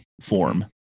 form